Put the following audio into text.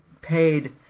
paid